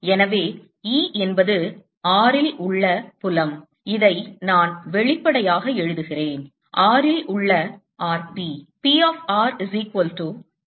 எனவே E என்பது r ல் உள்ள புலம் இதை நான் வெளிப்படையாக எழுதுகிறேன் r ல் உள்ள r P